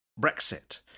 Brexit